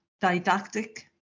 didactic